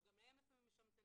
שגם להם יש המתנה,